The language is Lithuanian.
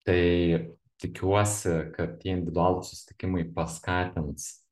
tai tikiuosi kad tie individualūs susitikimai paskatins